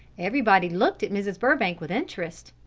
everybody looked at mrs. burbank with interest.